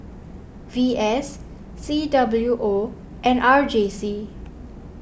V S C W O and R J C